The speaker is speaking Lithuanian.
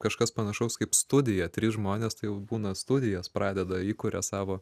kažkas panašaus kaip studija trys žmonės tai jau būna studijas pradeda įkuria savo